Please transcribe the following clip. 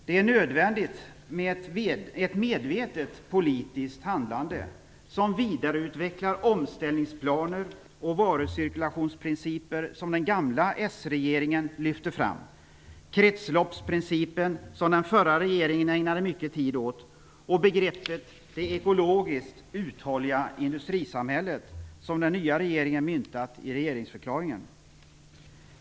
Det är nödvändigt med ett medvetet politiskt handlande, som vidareutvecklar omställningsplaner och varucirkulationsprinciper, som den gamla s-regeringen lyfte fram, kretsloppsprincipen, som den förra regeringen ägnade mycket tid åt, och begreppet det ekologiskt uthålliga industrisamhället, som den nya regeringen myntat i regeringsförklaringen.